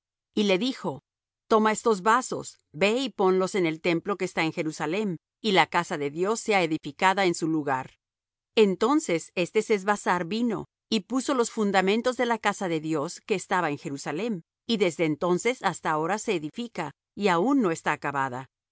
y le dijo toma estos vasos ve y ponlos en el templo que está en jerusalem y la casa de dios sea edificada en su lugar entonces este sesbassar vino y puso los fundamentos de la casa de dios que estaba en jerusalem y desde entonces hasta ahora se edifica y aun no está acabada